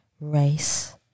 race